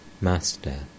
Master